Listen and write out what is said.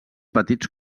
petits